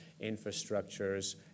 infrastructures